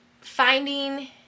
finding